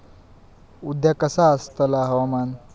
उद्या कसा आसतला हवामान?